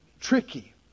tricky